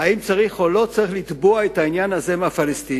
אם צריך או לא צריך לתבוע את העניין הזה מהפלסטינים,